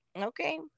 okay